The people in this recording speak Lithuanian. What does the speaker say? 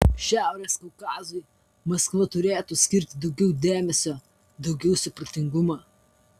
šiaurės kaukazui maskva turėtų skirti daugiau dėmesio daugiau supratingumo